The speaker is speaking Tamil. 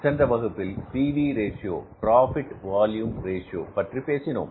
சென்ற வகுப்பில் P V ratio profit volume ratio பற்றி பேசினோம்